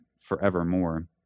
forevermore